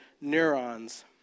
neurons